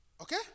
Okay